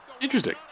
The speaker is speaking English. Interesting